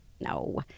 No